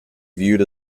viewed